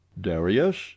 darius